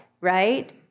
right